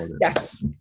Yes